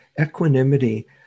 Equanimity